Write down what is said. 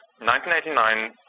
1989